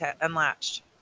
unlatched